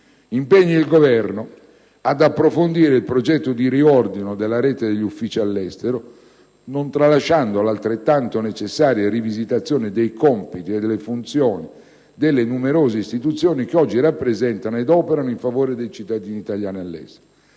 «impegna il Governo: ad approfondire il progetto di riordino della rete degli uffici all'estero, non tralasciando l'altrettanto necessaria rivisitazione dei compiti e delle funzioni delle numerose istituzioni che oggi rappresentano ed operano in favore dei cittadini italiani all'estero;